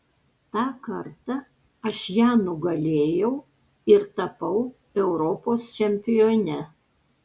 tą kartą aš ją nugalėjau ir tapau europos čempione